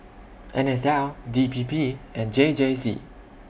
N S L D P P and J J C